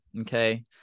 Okay